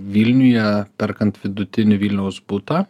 vilniuje perkant vidutinį vilniaus butą